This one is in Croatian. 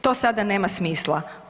To sada nema smisla.